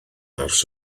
ers